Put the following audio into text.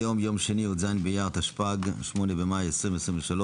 היום יום שני י"ז באייר התשפ"ג, 8 במאי 2023,